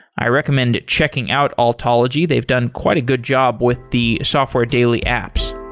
i recommend checking out altology. they've done quite a good job with the software daily apps.